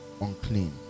unclean